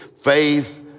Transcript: Faith